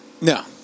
No